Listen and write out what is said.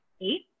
eight